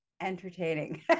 entertaining